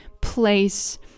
place